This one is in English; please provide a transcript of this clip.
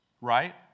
Right